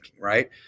right